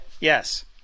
Yes